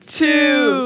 two